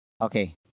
Okay